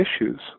issues